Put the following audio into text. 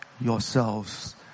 yourselves